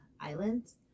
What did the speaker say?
Islands